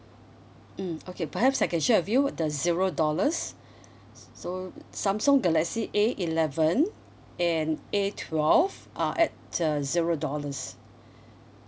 mm okay perhaps I can share with you the zero dollars so samsung galaxy A eleven and A twelve are at uh zero dollars